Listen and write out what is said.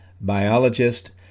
biologist